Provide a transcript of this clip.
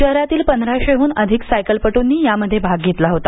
शहरातील पंधराशेहून अधिक सायकलपटूनी यामध्ये भाग घेतला होता